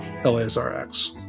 LASRX